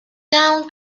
town